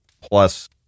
plus